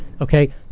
Okay